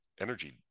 energy